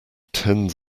tens